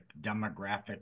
demographic